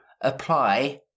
apply